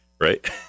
right